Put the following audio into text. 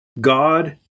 God